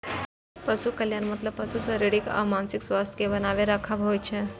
पशु कल्याणक मतलब पशुक शारीरिक आ मानसिक स्वास्थ्यक कें बनाके राखब होइ छै